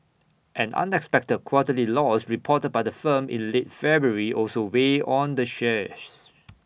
an unexpected quarterly loss reported by the firm in late February also weighed on the shares